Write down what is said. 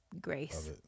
grace